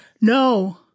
no